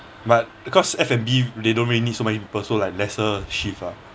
but because F and B they don't really need so many people so like lesser shift ah